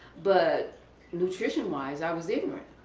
but nutrition wise i was ignorant.